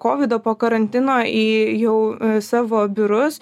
kovido po karantino į jau savo biurus